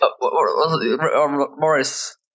Morris